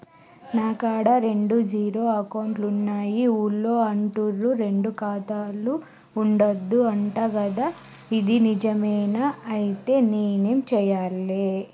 నా కాడా రెండు జీరో అకౌంట్లున్నాయి ఊళ్ళో అంటుర్రు రెండు ఖాతాలు ఉండద్దు అంట గదా ఇది నిజమేనా? ఐతే నేనేం చేయాలే?